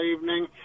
evening